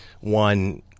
one